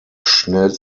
schnell